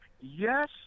yes